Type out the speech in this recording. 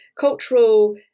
cultural